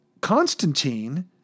Constantine